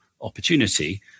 opportunity